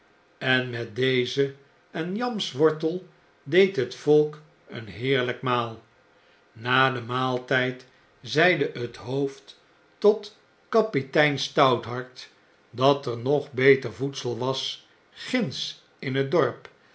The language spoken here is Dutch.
en met deze en yamswortel deed het volk een heerlgk maal na den maaltgd zeide het hoofd tot kapitein stouthart dat er nog beter voedsel was ginds in het dorp